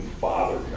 bothered